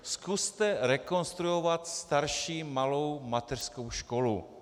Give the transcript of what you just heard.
Zkuste rekonstruovat starší malou mateřskou školu.